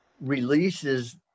releases